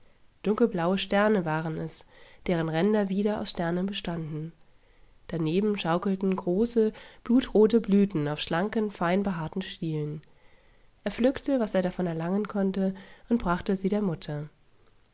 dunkelblaue sterne waren es deren ränder wieder aus sternen bestanden daneben schaukelten große blutrote blüten auf schlanken fein behaarten stielen er pflückte was er davon erlangen konnte und brachte sie der mutter